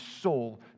soul